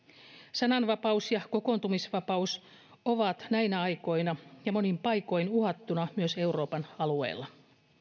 sananvapaus ja kokoontumisvapaus ovat näinä aikoina ja monin paikoin uhattuna myös euroopan alueella